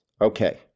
Okay